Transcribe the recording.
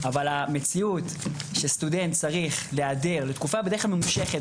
אבל המציאות שסטודנט צריך להיעדר לתקופה בדרך כלל ממושכת,